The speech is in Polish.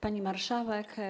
Pani Marszałek!